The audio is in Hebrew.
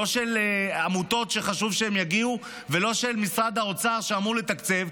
לא של עמותות שחשוב שיגיעו ולא של משרד האוצר שאמור לתקצב,